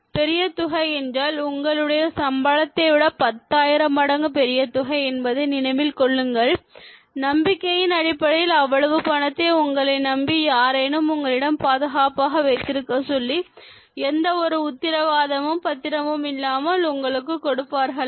பெரிய தொகை என்றால் உங்களுடைய சம்பளத்தை விட பத்தாயிரம் மடங்கு பெரிய தொகை என்பதை நினைவில் கொள்ளுங்கள் நம்பிக்கையின் அடிப்படையில் அவ்வளவு பணத்தை உங்களை நம்பி யாரேனும் உங்களிடம் பாதுகாப்பாக வைத்திருக்கச் சொல்லி எந்த ஒரு உத்தரவாதமும் பத்திரமும் இல்லாமல் உங்களுக்கு கொடுப்பார்களா